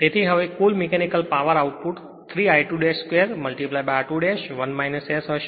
તેથી હવે કુલ mechanical power output 3 I2 2 r2 1 S હશે